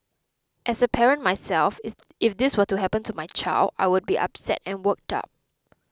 as a parent myself if this were to happen to my child I would be upset and worked up